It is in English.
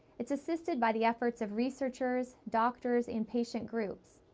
it's assisted by the efforts of researchers, doctors, and patient groups.